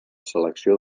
selecció